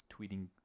tweeting